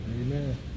Amen